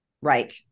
Right